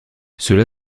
cela